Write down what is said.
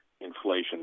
inflation